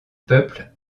peuple